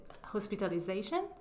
hospitalization